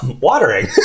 watering